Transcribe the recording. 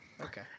Okay